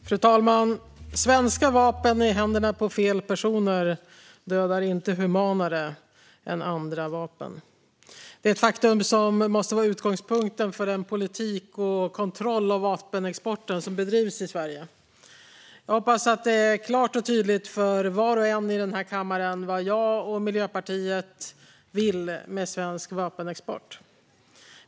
Fru talman! Svenska vapen i händerna på fel personer dödar inte humanare än andra vapen. Det är ett faktum som måste vara utgångspunkten för den politik och kontroll av vapenexporten som bedrivs i Sverige. Jag hoppas att det är klart och tydligt för var och en i denna kammare vad jag och Miljöpartiet vill med svensk vapenexport.